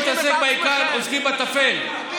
במקום להתעסק בעיקר עוסקים בטפל.